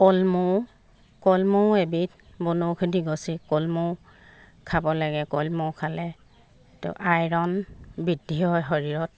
কলমৌ কলমৌ এবিধ বনষৌধি গছেই কলমৌ খাব লাগে কলমৌ খালে এইটো আইৰণ বৃদ্ধি হয় শৰীৰত